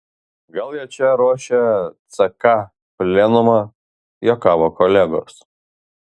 gal jie čia ruošia ck plenumą juokavo kolegos